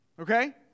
Okay